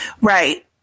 Right